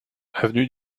avenue